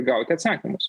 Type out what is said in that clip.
gauti atsakymus